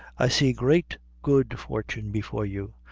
i see great good fortune before you.